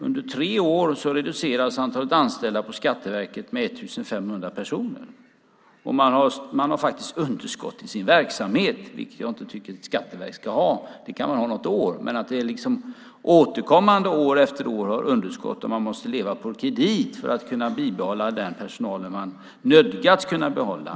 Under tre år reduceras antalet anställda vid Skatteverket med 1 500 personer, och man har faktiskt underskott i sin verksamhet, vilket jag inte tycker att ett skatteverk ska ha. Det kan man ha något år, men det ska inte vara så att man återkommande, år efter år, har underskott och måste leva på kredit för att kunna behålla den personal man till nöds kan behålla.